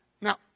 Now